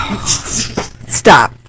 Stop